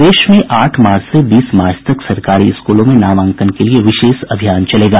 प्रदेश में आठ मार्च से बीस मार्च तक सरकारी स्कूलों में नामांकन के लिए विशेष अभियान चलेगा